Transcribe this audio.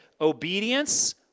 Obedience